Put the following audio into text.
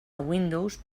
windows